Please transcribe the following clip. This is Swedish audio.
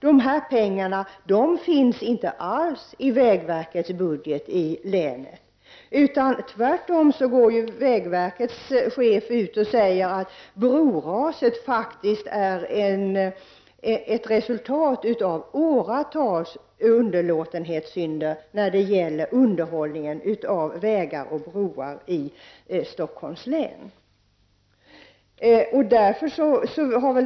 Dessa pengar finns inte alls i vägverkets budget i länet. Tvärtom går vägverkets chef ut och säger att broraset faktiskt är ett resultat av åratals underlåtenhetssynder när det gäller underhållet av vägar och broar i Stockholms län.